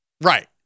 Right